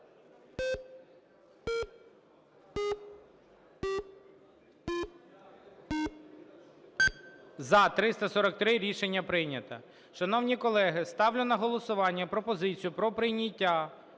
За-343 Рішення прийнято. Шановні колеги, ставлю на голосування пропозицію про прийняття